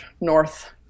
north